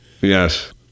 Yes